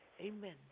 Amen